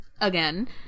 again